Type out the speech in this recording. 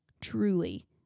truly